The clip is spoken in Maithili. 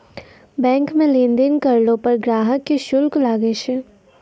बैंक मे लेन देन करलो पर ग्राहक के शुल्क लागै छै